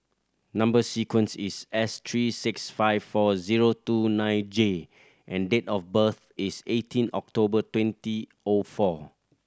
number sequence is S three six five four zero two nine J and date of birth is eighteen October twenty O four